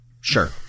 Sure